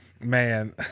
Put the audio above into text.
Man